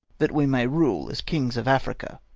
that we may rule as kings of africa.